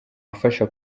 afasha